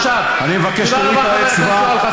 תוריד את האצבע,